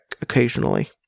occasionally